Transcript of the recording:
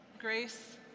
Grace